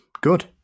Good